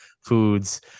foods